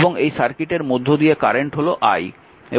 এবং এই সার্কিটের মধ্য দিয়ে কারেন্ট হল i